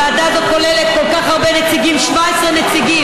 הוועדה הזאת כוללת כל כך הרבה נציגים, 17 נציגים.